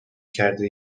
کرده